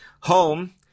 home